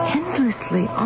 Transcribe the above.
endlessly